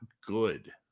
good